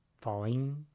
falling